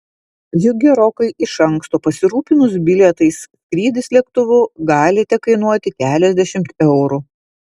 juk gerokai iš anksto pasirūpinus bilietais skrydis lėktuvu gali tekainuoti keliasdešimt eurų